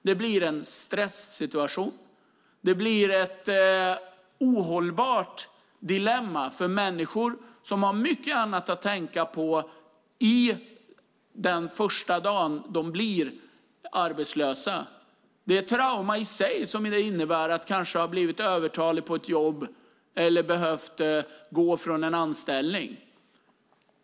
Det blir en stressituation, och det blir ett ohållbart dilemma för människor som har mycket annat att tänka på den första dagen de blir arbetslösa. Det innebär ett trauma i sig att kanske ha blivit övertalig på ett jobb eller behöva gå från en anställning.